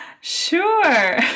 Sure